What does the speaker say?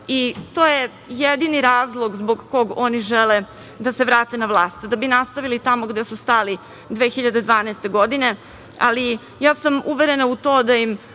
i to je jedini razlog zbog kog oni žele da se vrate na vlast, da bi nastavili tamo gde su stali 2012. godine. Ali, ja sam uverena u to da im